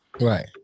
Right